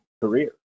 career